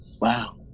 Wow